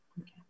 Okay